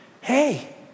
hey